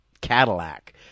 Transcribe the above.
Cadillac